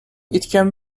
can